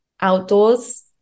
outdoors